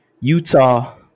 Utah